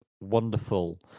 wonderful